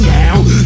now